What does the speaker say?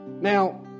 Now